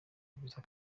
visa